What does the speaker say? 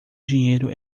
dinheiro